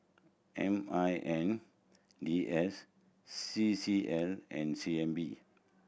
M I N D S C C L and C N B